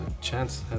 Chance